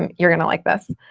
and you're going like this.